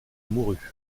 mourut